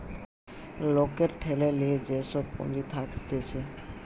লোকের ঠেলে লিয়ে যে সব পুঁজি থাকতিছে